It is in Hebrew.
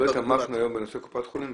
לא התעמקנו היום בנושא קופת חולים.